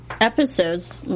episodes